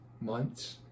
months